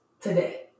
today